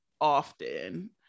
often